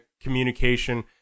communication